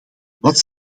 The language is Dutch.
wat